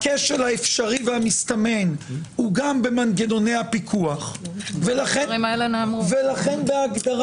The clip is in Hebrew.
הכשל האפשרי והמסתמן הוא גם במנגנוני הפיקוח ולכן בהגדרה